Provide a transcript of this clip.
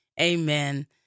Amen